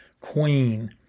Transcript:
Queen